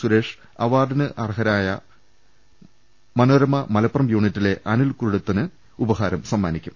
സുരേഷ് അവാർഡിനർഹനായ മനോരമ മലപ്പുറം യൂണിറ്റിലെ അനിൽ കുരുടത്തിന് ഉപഹാരം സമ്മാനിക്കും